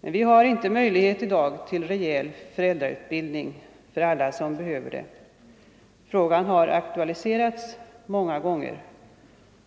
Vi har i dag inte möjlighet till rejäl föräldrautbildning för alla som behöver detta. Frågan har aktualiserats många gånger